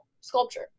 sculpture